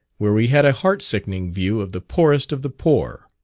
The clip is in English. where we had a heart-sickening view of the poorest of the poor.